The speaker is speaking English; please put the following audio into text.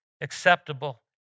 acceptable